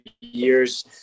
years